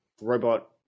robot